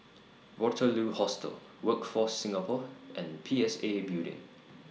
Waterloo Hostel Workforce Singapore and P S A Building